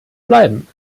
bleiben